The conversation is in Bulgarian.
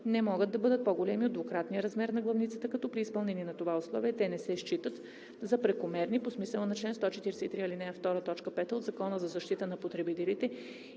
не могат да бъдат по-големи от двукратния размер на главницата, като при изпълнение на това условие, те не се считат за прекомерни по смисъла на чл. 143, ал. 2, т. 5 от Закона за защита на потребителите